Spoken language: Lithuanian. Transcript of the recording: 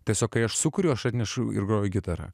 tiesiog kai aš sukuriu aš atnešu ir groja gitara